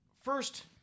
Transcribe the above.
First